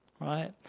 right